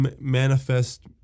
manifest